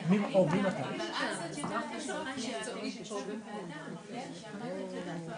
הוא לא מאוד מסובך.